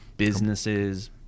businesses